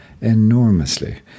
Enormously